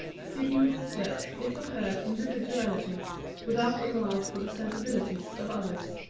seeking to assert his or her individuality without regard for the sensibilities of others.